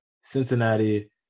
Cincinnati